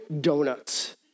Donuts